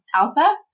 Alpha